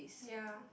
ya